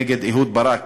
נגד אהוד ברק,